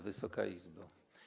Wysoka Izbo!